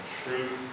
truth